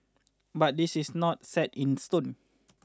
but this is not set in stone